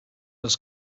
das